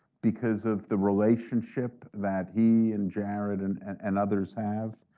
because of the relationship that he and jared and and others have.